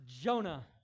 Jonah